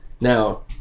now